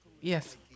Yes